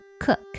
cook